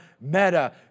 Meta